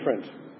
different